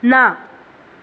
ना